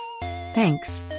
Thanks